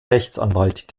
rechtsanwalt